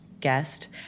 guest